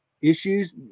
issues